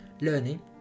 learning